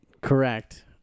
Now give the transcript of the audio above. correct